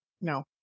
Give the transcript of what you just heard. No